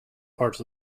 parts